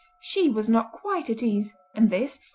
she was not quite at ease, and this,